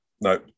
no